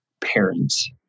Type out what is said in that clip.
parents